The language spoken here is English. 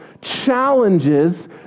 challenges